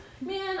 Man